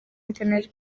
internet